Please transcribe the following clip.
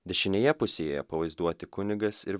dešinėje pusėje pavaizduoti kunigas ir